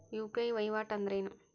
UPI ವಹಿವಾಟ್ ಅಂದ್ರೇನು?